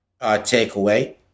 takeaway